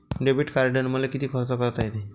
Debit कार्डानं मले किती खर्च करता येते?